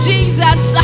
Jesus